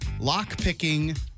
lockpicking